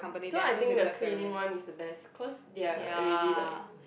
so I think the cleaning one is the best cause they're already like